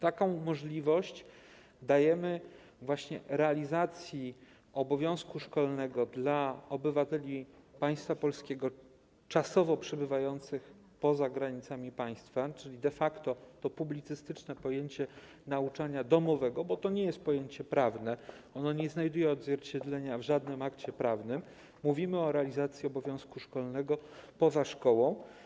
Dajemy możliwość realizacji obowiązku szkolnego obywatelom państwa polskiego czasowo przebywającym poza granicami państwa, czyli de facto jest to publicystyczne pojęcie nauczania domowego, bo to nie jest pojęcie prawne, ono nie znajduje odzwierciedlenia w żadnym akcie prawnym, mówimy o realizacji obowiązku szkolnego poza szkołą.